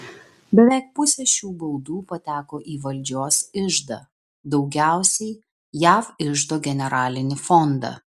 beveik pusė šių baudų pateko į valdžios iždą daugiausiai jav iždo generalinį fondą